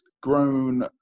grown